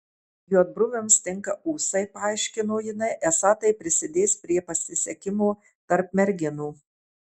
juodbruviams tinka ūsai paaiškino jinai esą tai prisidės prie pasisekimo tarp merginų